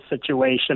situation